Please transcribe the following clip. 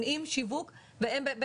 יצאו מן המשחק.